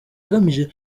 agamije